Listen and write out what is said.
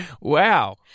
Wow